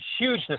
huge